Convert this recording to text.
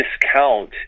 discount